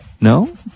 No